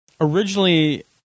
originally